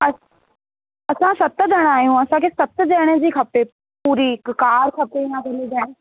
असां असां सत ॼणा आहियूं असांखे सत ॼणे जी खपे पूरी हिकु कार खपे